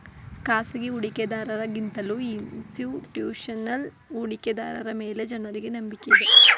ಖಾಸಗಿ ಹೂಡಿಕೆದಾರರ ಗಿಂತಲೂ ಇನ್ಸ್ತಿಟ್ಯೂಷನಲ್ ಹೂಡಿಕೆದಾರರ ಮೇಲೆ ಜನರಿಗೆ ನಂಬಿಕೆ ಇದೆ